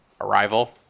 Arrival